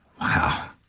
Wow